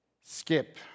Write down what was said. Skip